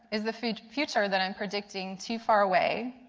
is the future future that i am predicting too far away?